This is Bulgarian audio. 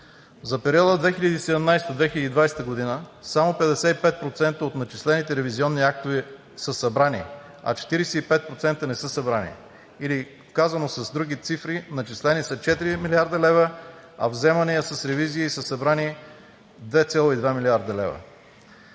За периода 2017 – 2020 г. само 55% от начислените ревизионни актове са събрани, а 45% не са събрани или, казано с други цифри, начислени са 4 млрд. лв., а от вземания с ревизии са събрани 2,2 млрд. лв.